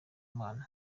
mana